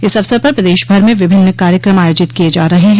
इस अवसर पर प्रदेश भर में विभिन्न कार्यक्रम आयोजित किये जा रहे हैं